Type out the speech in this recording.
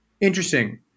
Interesting